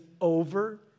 over